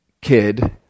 kid